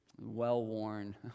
well-worn